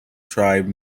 tribe